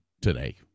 today